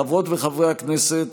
חברות וחברי הכנסת,